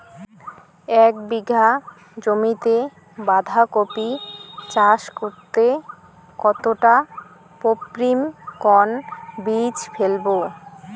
এক বিঘা জমিতে বাধাকপি চাষ করতে কতটা পপ্রীমকন বীজ ফেলবো?